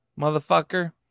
Motherfucker